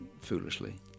foolishly